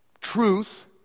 truth